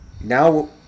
now